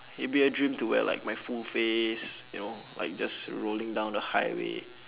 it'll be a dream to wear like my full face you know like just rolling down the highway